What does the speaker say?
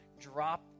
drop